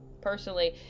personally